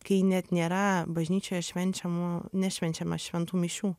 kai net nėra bažnyčioje švenčiama nešvenčiama šventų mišių